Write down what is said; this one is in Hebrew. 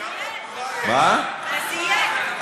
אז יהיה.